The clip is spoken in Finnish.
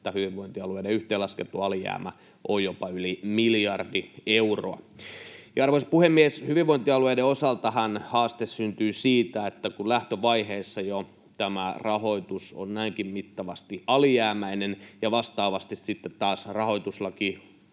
että hyvinvointialueiden yhteenlaskettu alijäämä on jopa yli miljardi euroa. Arvoisa puhemies! Hyvinvointialueiden osaltahan haaste syntyy siitä, että kun jo lähtövaiheessa tämä rahoitus on näinkin mittavasti alijäämäinen, niin vastaavasti sitten taas rahoituslaki